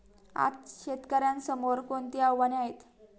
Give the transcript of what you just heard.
आज शेतकऱ्यांसमोर कोणती आव्हाने आहेत?